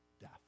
death